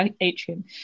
atrium